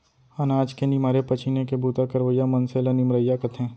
अनाज के निमारे पछीने के बूता करवइया मनसे ल निमरइया कथें